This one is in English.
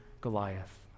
Goliath